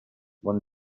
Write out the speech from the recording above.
bon